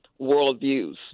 worldviews